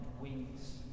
wings